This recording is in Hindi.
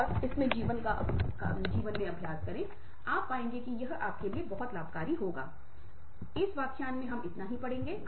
और अगली कक्षा में हम "बोलने" को एक मौलिक के रूप मे लेंगे और आगे बढ़ाते हुए अन्य संचार रणनीति को छूने जा रहे हैं